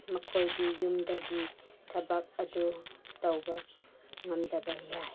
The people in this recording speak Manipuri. ꯃꯈꯣꯏꯒꯤ ꯌꯨꯝꯗꯒꯤ ꯊꯕꯛ ꯑꯗꯨ ꯇꯧꯕ ꯉꯝꯗꯕ ꯌꯥꯏ